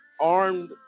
armed